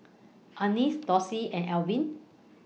Anais Dossie and Arvin